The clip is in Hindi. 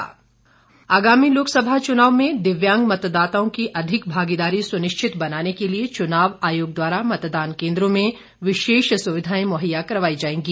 मतदाता सुविधा आगामी लोकसभा चुनाव में दिव्यांग मतदाताओं की अधिक भागीदारी सुनिश्चित बनाने के लिए चुनाव आयोग द्वारा मतदान केन्द्रों में विशेष सुविधाएं मुहैया करवाई जाएंगी